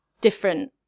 different